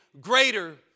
greater